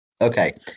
Okay